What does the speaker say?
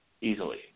easily